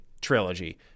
trilogy